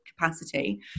capacity